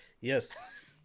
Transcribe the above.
Yes